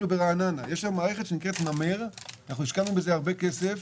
יש היום מערכת ששמה: "נמר", השקענו בה הרבה כסף,